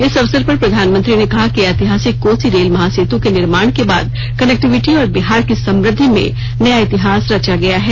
इस अवसर पर प्रधानमंत्री ने कहा कि ऐतिहासिक कोसी रेल महासेतु के निर्माण के बाद कनेक्टिविटी और बिहार की समृद्धि में नया इतिहास रचा गया है